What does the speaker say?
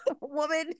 woman